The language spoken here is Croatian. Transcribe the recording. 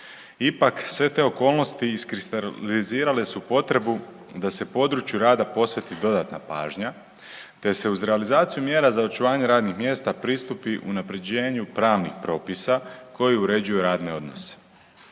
Ipak sve te okolnosti iskristalizirale su potrebu da se području rada posveti dodatna pažnja, te se uz realizaciju mjera za očuvanje radnih mjesta pristupi unaprjeđenju pravnih propisa koji uređuju pravne odnose.